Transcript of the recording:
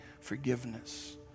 forgiveness